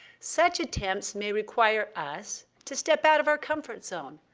such attempts may require us to step out of our comfort zone,